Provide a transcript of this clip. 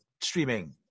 streaming